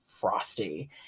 Frosty